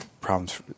problems